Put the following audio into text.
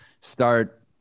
start